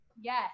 Yes